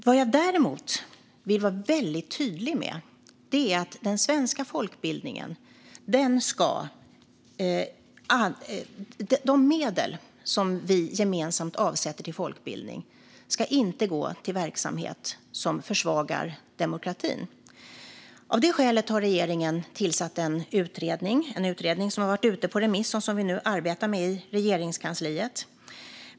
Vad jag däremot vill vara väldigt tydlig med är att de medel som vi gemensamt avsätter till den svenska folkbildningen inte ska gå till verksamhet som försvagar demokratin. Av det skälet har regeringen tillsatt en utredning som varit ute på remiss och som vi nu arbetar med i Regeringskansliet.